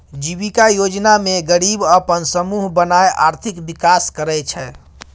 जीबिका योजना मे गरीब अपन समुह बनाए आर्थिक विकास करय छै